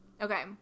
okay